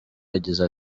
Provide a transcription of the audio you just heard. yagize